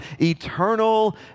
eternal